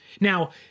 Now